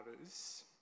others